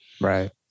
Right